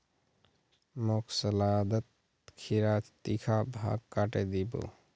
मोक सलादत खीरार तीखा भाग काटे दी बो